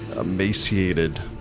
emaciated